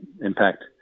impact